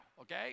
Okay